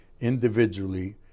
individually